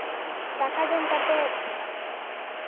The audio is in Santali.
ᱫᱟᱠᱟ ᱡᱚ ᱠᱟᱛᱮ